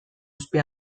ospe